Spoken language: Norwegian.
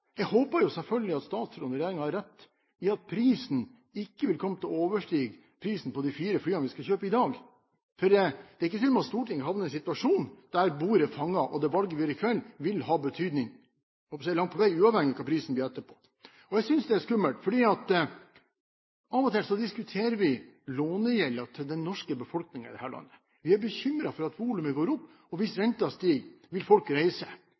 Jeg håper selvfølgelig at statsråden og regjeringen har rett i at prisen ikke vil komme til å overstige prisen på de fire flyene vi skal vedta kjøp av i dag, for det er ikke tvil om at Stortinget havner i en situasjon der bordet fanger. Det valget vi gjør i kveld, vil ha betydning – jeg holdt på å si langt på vei uavhengig av hva prisen blir etterpå. Jeg synes det er skummelt, for av og til diskuterer vi lånegjelden til befolkningen i dette landet. Vi er bekymret for at volumet går opp. Hvis renten stiger, vil folk